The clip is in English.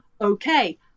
Okay